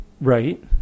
Right